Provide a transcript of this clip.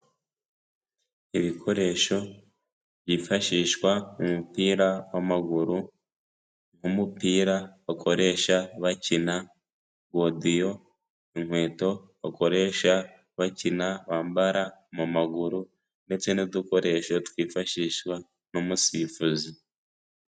Ibikoresho byifashishwa mu mupira w'amaguru n'umupira bakoresha bakina, godiyo, inkweto bakoresha bakina bambara mu maguru ndetse n'udukoresho twifashishwa n'umusifuzi.